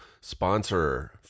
Sponsor